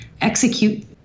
execute